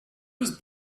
was